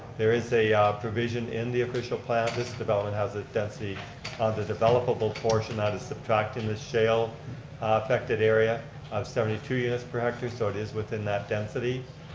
there is a provision in the official plan, this development has a density, on the developable portion, that is subtracting the shale ah affected area of seventy two units per hectare, so it is within that density.